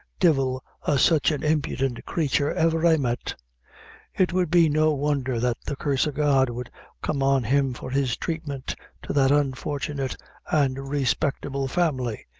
divil a sich an impident crature ever i met it would be no wondher that the curse o' god would come on him for his tratement to that unfortunate and respectable family,